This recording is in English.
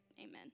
amen